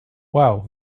wow